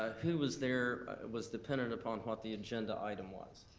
who was there was dependent upon what the agenda item was,